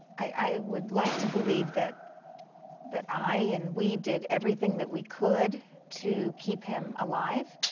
i would like to believe that that i and we did everything that we could to keep him alive.